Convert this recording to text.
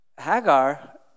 Hagar